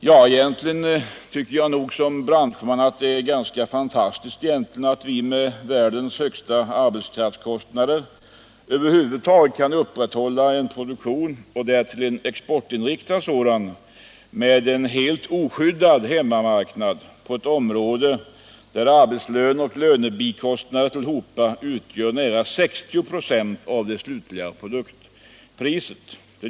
Jag tycker som branschman att det egentligen är fantastiskt att vi med världens högsta arbetskraftskostnader över huvud taget kan upprätthålla Nr 129 en produktion — och därtill en exportinriktad sådan — med en helt Torsdagen den oskyddad hemmamarknad på ett område, där arbetslöner och lönebi 12 maj 1977 kostnader tillhopa utgör nära 60 96 av det slutliga produktpriset.